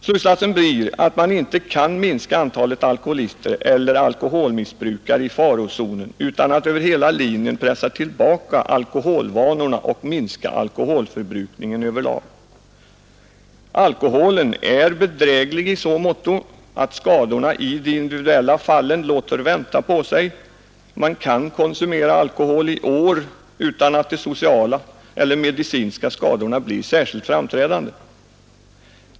Slutsatsen blir att man inte kan minska antalet alkoholister eller alkoholmissbrukare i farozonen utan att över hela linjen pressa tillbaka alkoholvanorna och minska alkoholförbrukningen över lag. Alkoholen är bedräglig i så måtto att skadorna i de individuella fallen låter vänta på sig — man kan konsumera alkohol i åratal utan att de sociala eller medicinska skadorna blir särskilt framträdande.